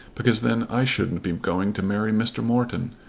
because then i shouldn't be going to marry mr. morton.